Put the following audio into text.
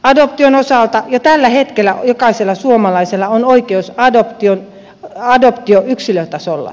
adoption osalta jo tällä hetkellä jokaisella suomalaisella on oikeus adoptioon yksilötasolla